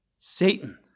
Satan